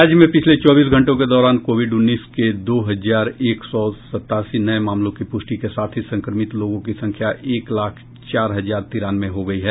राज्य में पिछले चौबीस घंटों के दौरान कोविड उन्नीस के दो हजार एक सौ सतासी नये मामलों की प्रष्टि के साथ ही संक्रमित लोगों की संख्या एक लाख चार हजार तिरानवे हो गयी है